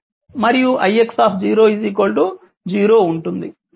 మరియు ix 0 ఉంటుంది